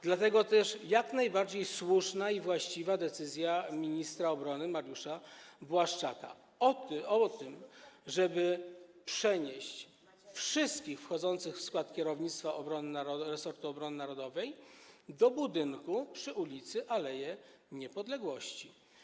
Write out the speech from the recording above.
Dlatego też jak najbardziej słuszna i właściwa jest decyzja ministra obrony Mariusza Błaszczaka o tym, żeby przenieść wszystkich wchodzących w skład kierownictwa resortu obrony narodowej do budynku przy al. Niepodległości.